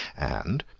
and,